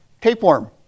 tapeworm